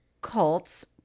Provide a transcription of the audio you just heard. cults